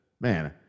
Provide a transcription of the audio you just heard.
man